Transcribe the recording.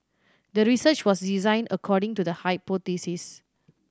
the research was designed according to the hypothesis